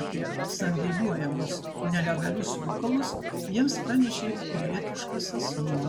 apie sandėliuojamus nelegalius rūkalus jiems pranešė pilietiškas asmuo